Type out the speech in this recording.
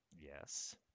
Yes